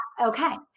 Okay